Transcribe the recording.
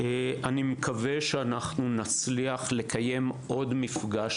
אני מקווה שאנחנו נצליח לקיים עוד מפגש